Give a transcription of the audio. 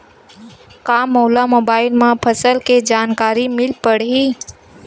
का मोला मोबाइल म फसल के जानकारी मिल पढ़ही?